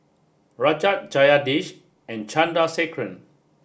Rajat Jagadish and Chandrasekaran